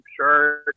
shirt